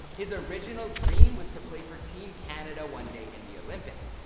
his original dream was to play for team canada one day in the olympics.